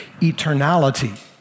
eternality